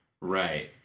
Right